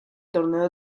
torneo